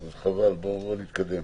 אז בואו נתקדם.